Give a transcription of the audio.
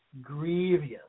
grievous